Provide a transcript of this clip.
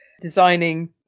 designing